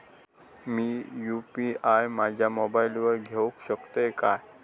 मी UPI माझ्या मोबाईलावर घेवक शकतय काय?